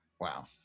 Wow